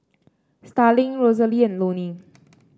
Starling Rosalie and Lonnie